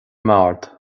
mbord